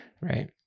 right